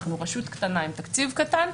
אנחנו רשות קטנה עם תקציב קטן,